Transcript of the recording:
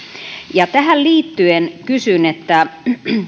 tähän liittyen kysyn